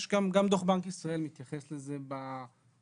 גם דו"ח בנק ישראל מתייחס לזה בקצרה,